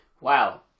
Wow